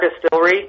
distillery